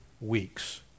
weeks